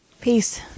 peace